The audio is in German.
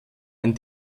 ein